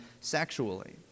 sexually